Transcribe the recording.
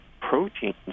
proteins